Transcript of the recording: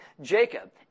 Jacob